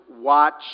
Watch